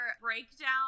breakdown